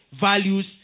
values